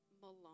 Malone